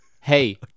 Hey